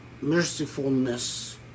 mercifulness